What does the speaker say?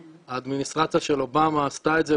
האדמיניסטרציה של אובמה עשתה את זה.